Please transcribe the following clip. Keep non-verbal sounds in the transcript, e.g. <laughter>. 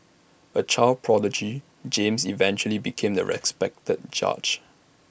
A child prodigy James eventually became A <noise> respected judge